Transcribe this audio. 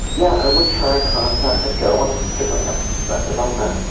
yeah, i would try contacting go on instagram, and send him a message